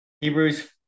Hebrews